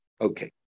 Okay